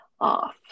off